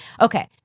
Okay